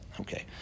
Okay